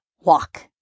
walk